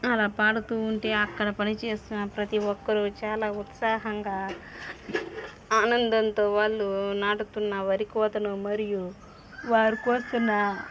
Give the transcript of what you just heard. అలా పడుతూ ఉంటె అక్కడ పనిచేస్తున్న ప్రతి ఒక్కరూ చాలా ఉత్సాహంగా ఆనందంతో వాళ్ళు నాటుతున్న వరి కోతను మరియు వారు కోస్తున్న